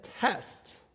test